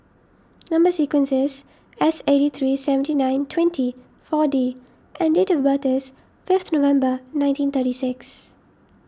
Number Sequence is S eighty three seventy nine twenty four D and date of birth is fifth November nineteen thirty six